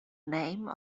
name